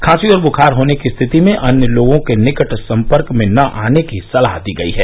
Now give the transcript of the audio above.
खांसी और बुखार होने की स्थिति में अन्य लोगों के निकट संपर्क में न आने की सलाह दी गई है